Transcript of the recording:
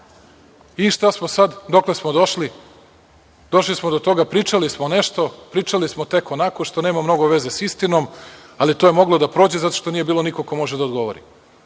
koje. Šta smo sada? Dokle smo došli? Pričali smo nešto, pričali smo tek onako što nema mnogo veze sa istinom, ali to je moglo da prođe zato što nije bilo nikoga ko može da odgovori.